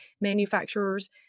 manufacturers